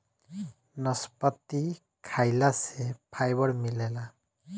नसपति खाइला से फाइबर मिलेला